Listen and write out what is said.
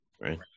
right